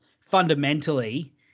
fundamentally